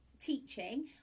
teaching